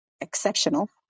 exceptional